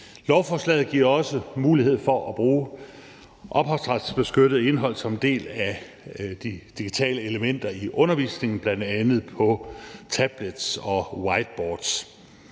Lovforslaget giver også mulighed for at bruge ophavsretsbeskyttet indhold som en del af de digitale elementer i undervisningen, bl.a. på tablets og whiteboards.